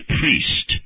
priest